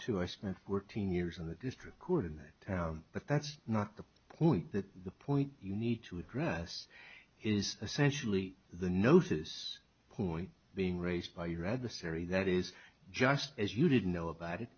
too i spent fourteen years in the district court in that but that's not the point that the point you need to address is essentially the gnosis point being raised by you read the seri that is just as you didn't know about it